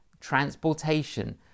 transportation